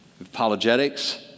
Apologetics